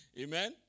Amen